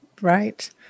Right